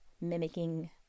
mimicking